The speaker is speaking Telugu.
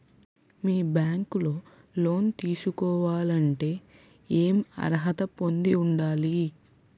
మీ బ్యాంక్ లో లోన్ తీసుకోవాలంటే ఎం అర్హత పొంది ఉండాలి?